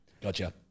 Gotcha